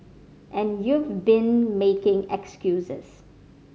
and you've been making excuses